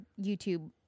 youtube